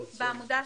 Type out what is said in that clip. אתיופים?